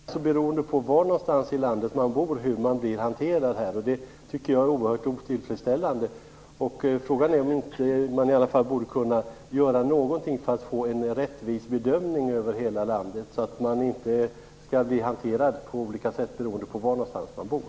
Herr talman! Jag kan konstatera att man, precis som statsrådet säger, inom några landsting tar sig an frågan, men på andra ställen gör man det inte. Hur man blir hanterad är alltså beroende av var i landet man bor, och det tycker jag är oerhört otillfredsställande. Frågan är om man inte borde kunna göra något för att få till en rättvis bedömning över hela landet, så att människor inte skall behöva bli hanterade på olika sätt beroende på var någonstans de bor.